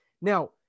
Now